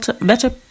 better